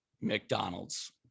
McDonald's